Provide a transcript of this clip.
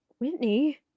Whitney